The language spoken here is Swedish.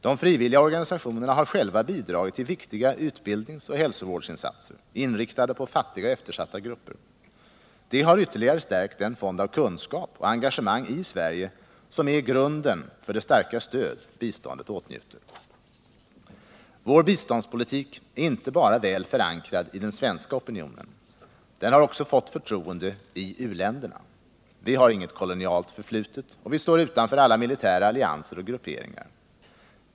De frivilliga organisationerna har själva bidragit till viktiga utbildningsoch hälsovårdsinsatser, inriktade på fattiga och eftersatta grupper. De har ytterligare stärkt den fond av kunskap och engagemang i Sverige som är grunden för det starka stöd biståndet åtnjuter. Vår biståndspolitik är inte bara väl förankrad i den svenska opinionen. Den har också fått förtroende i u-länderna. Vi har inget kolonialt förflutet, vi står utanför alla militära allianser och grupperingar.